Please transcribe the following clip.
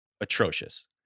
atrocious